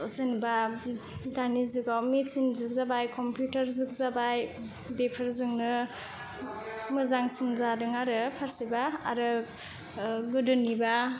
जेनेबा दानि जुगाव मेचिन जुग जाबाय कम्पिउटार जुग जाबाय बेफोरजोंनो मोजांसिन जादों आरो फारसेबा गोदोनिबा